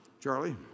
Charlie